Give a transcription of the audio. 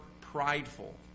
prideful